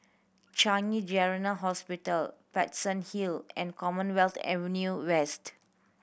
Changi General Hospital Paterson Hill and Commonwealth Avenue West